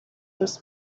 was